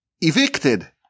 evicted